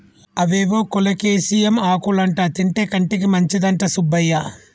అవేవో కోలేకేసియం ఆకులంటా తింటే కంటికి మంచిదంట సుబ్బయ్య